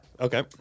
Okay